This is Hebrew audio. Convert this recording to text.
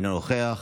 אינו נוכח,